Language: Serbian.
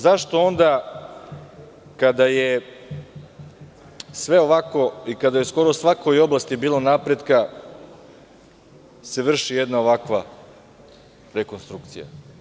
Zašto onda, kada je sve ovako i kada je u skoro svakoj oblasti bilo napretka, se vrši jedna ovakva rekonstrukcija?